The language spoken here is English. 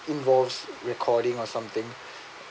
involves recording or something